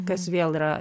kas vėl yra